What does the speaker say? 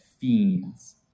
fiends